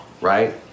right